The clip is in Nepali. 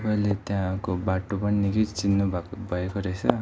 तपाईँले त्यहाँको बाटो पनि निकै चिन्नु भएको भएको रहेछ